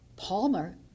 Palmer